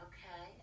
Okay